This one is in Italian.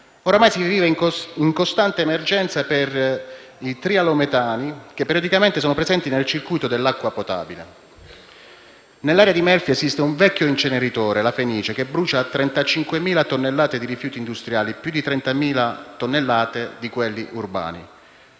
oramai si vive in costante emergenza di trialometani, periodicamente presenti nel circuito dell'acqua potabile. Nell'area di Melfi esiste un vecchio inceneritore, la Fenice, che brucia 35.000 tonnellate di rifiuti industriali più 30.000 tonnellate di rifiuti urbani.